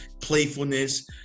playfulness